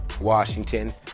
Washington